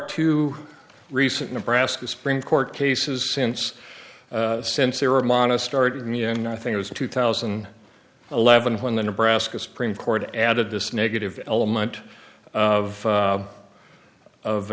two recent nebraska supreme court cases since since they were mana started me and i think it was two thousand and eleven when the nebraska supreme court added this negative element of of of